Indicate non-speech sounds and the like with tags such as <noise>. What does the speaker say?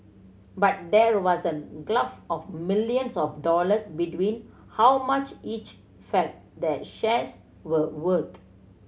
but there was a <unintelligible> of millions of dollars between how much each felt the shares were worth